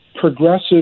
progressive